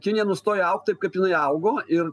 kinija nustoja augt taip kaip jinai augo ir